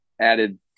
added